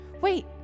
Wait